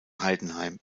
heidenheim